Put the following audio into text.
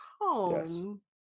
home